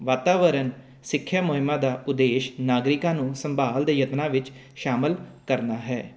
ਵਾਤਾਵਰਨ ਸਿੱਖਿਆ ਮੁਹਿੰਮਾ ਦਾ ਉਦੇਸ਼ ਨਾਗਰਿਕਾਂ ਨੂੰ ਸੰਭਾਲ ਦੇ ਯਤਨਾਂ ਵਿੱਚ ਸ਼ਾਮਿਲ ਕਰਨਾ ਹੈ